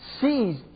Sees